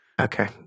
okay